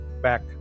back